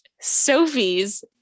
sophie's